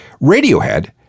Radiohead